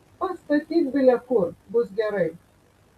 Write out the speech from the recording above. pastatyk bile kur bus gerai